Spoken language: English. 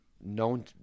known